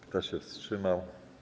Kto się wstrzymał?